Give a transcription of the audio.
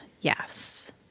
yes